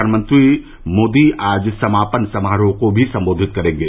प्रघानमंत्री मोदी आज समापन समारोह को भी संबोधित करेंगे